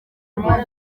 munsi